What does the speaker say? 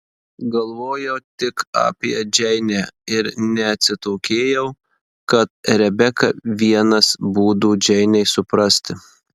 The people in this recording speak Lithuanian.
galvojau tik apie džeinę ir neatsitokėjau kad rebeka vienas būdų džeinei suprasti